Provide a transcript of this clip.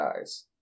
Eyes